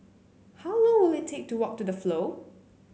how long will it take to walk to The Flow